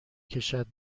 کشد